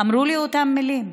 אמרו לי את אותן מילים.